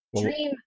Dream